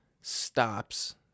stops